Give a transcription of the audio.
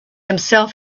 himself